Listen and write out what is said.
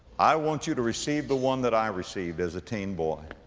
i want you to receive the one that i received as a teen boy.